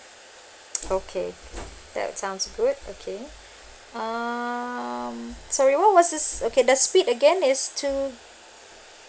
okay that sounds good okay um sorry what was the okay the speed again is two